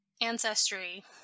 Ancestry